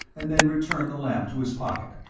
and then returned the lamp to his pocket.